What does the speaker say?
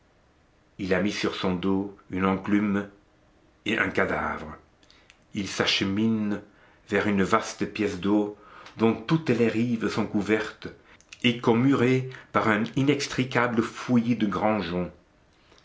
il a mis sur son dos une enclume et un cadavre il s'achemine vers une vaste pièce d'eau dont toutes les rives sont couvertes et comme murées par un inextricable fouillis de